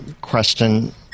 question